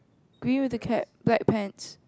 green with the cap black pants